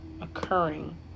occurring